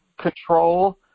control